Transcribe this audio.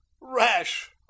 Rash